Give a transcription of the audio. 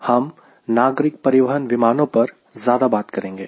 हम नागरिक परिवहन विमानों पर ज्यादा बात करेंगे